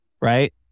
Right